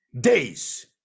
days